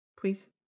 please